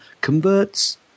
converts